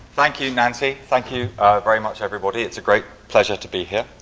thank you nancy, thank you very much everybody. it's a great pleasure to be here